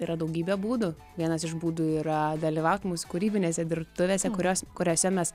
yra daugybė būdų vienas iš būdų yra dalyvaut mūsų kūrybinėse dirbtuvėse kurios kuriose mes